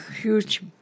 huge